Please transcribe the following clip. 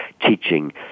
teaching